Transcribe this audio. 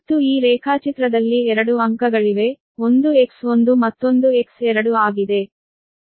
ಮತ್ತು ಈ ರೇಖಾಚಿತ್ರದಲ್ಲಿ 2 ಅಂಕಗಳಿವೆ ಒಂದು X1 ಮತ್ತೊಂದು X2 ಆಗಿದೆ